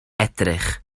edrych